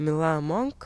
mila monk